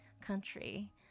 country